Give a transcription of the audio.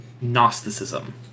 Gnosticism